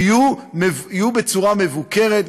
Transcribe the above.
תהיה בצורה מבוקרת,